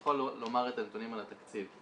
יכול לומר את הנתונים על התקציב.